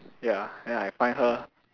ya then I find her